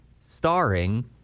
starring